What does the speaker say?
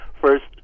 first